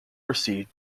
received